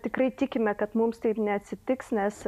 tikrai tikime kad mums taip neatsitiks nes